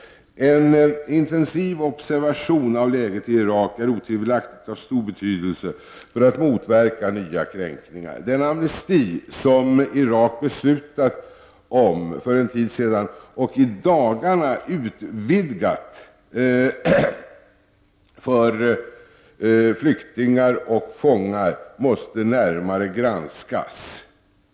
En intensiv observation av läget i Irak är otvivelaktigt av stor betydelse för att motverka nya kränkningar. Den amnesti för flyktingar och fångar som Irak beslutat om för en tid sedan och i dagarna utvidgat, måste närmare granskas.